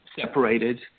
separated